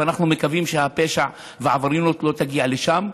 ואנחנו מקווים שהפשע והעבריינות לא יגיעו לשם.